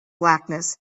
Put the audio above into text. blackness